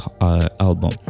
album